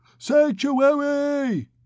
Sanctuary